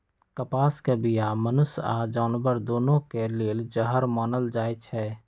कपास के बीया मनुष्य आऽ जानवर दुन्नों के लेल जहर मानल जाई छै